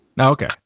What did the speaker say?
Okay